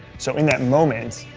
so in that moment,